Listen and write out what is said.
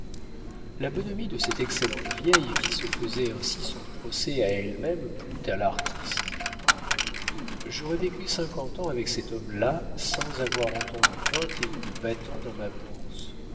la bonhomie de cette excellente vieille qui se faisait ainsi son procès à elle-même plut à l'artiste j'aurai vécu cinquante ans avec cet homme-là sans avoir entendu vingt écus ballant dans ma bourse